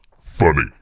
funny